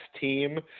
team